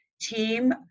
team